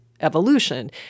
evolution